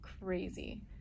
crazy